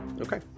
Okay